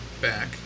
back